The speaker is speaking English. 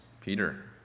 Peter